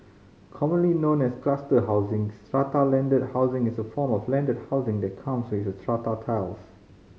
commonly known as cluster housing strata landed housing is a form of landed housing that comes with strata titles